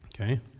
Okay